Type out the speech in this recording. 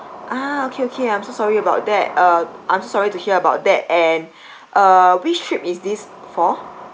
ah okay okay I'm so sorry about that uh I'm so sorry to hear about that and uh which trip is this for